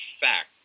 fact